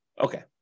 Okay